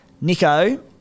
Nico